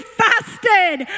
fasted